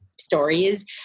stories